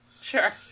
Sure